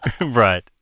Right